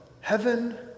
heaven